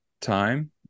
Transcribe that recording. time